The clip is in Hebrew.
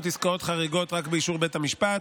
עסקאות חריגות רק באישור בית המשפט.